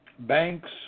banks